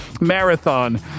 marathon